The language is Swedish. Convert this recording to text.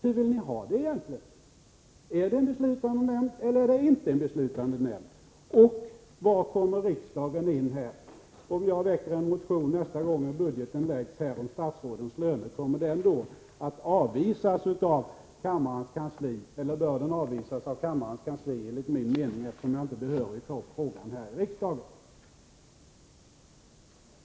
Hur vill ni egentligen ha det? Är den en beslutande nämnd eller är den inte en beslutande nämnd? Var kommer riksdagen in? Om jag nästa gång budgeten framläggs väcker en motion om statsrådens löner, bör den då avvisas av kammarens kansli, eftersom jag inte är behörig att ta frågan här i riksdagen?